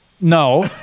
no